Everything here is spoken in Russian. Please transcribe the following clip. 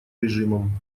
режимом